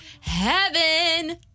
heaven